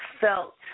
felt